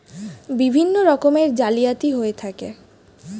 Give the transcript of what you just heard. বিভিন্ন রকমের জালিয়াতি হয়ে থাকে